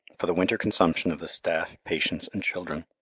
for the winter consumption of the staff, patients, and children.